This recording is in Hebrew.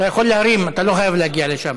אתה יכול להרים, אתה לא חייב להגיע לשם.